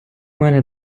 мене